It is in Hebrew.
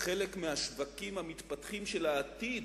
חלק מהשווקים המתפתחים של העתיד